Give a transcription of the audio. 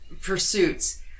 pursuits